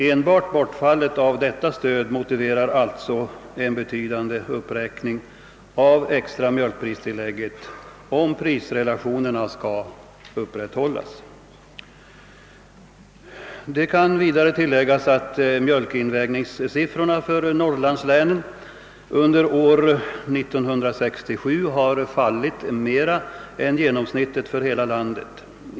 Enbart bortfallet av detta stöd motiverar alltså en betydande uppräkning av det extra mjölkpristillägget, om prisrelationerna skall upprätthållas. Det kan vidare tilläggas att mjölk invägningssiffrorna för norrlandslänen under år 1967 har fallit mera än genomsnittligt för hela landet.